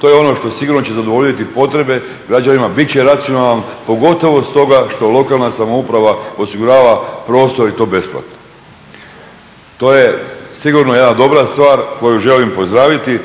To je ono što sigurno će zadovoljiti potrebe građanima, bit će racionalan pogotovo stoga što lokalna samouprava osigurava prostor i to besplatno. To je sigurno jedna dobra stvar koju želim pozdraviti.